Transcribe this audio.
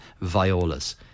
violas